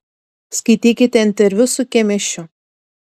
skaitykite interviu su kemėšiu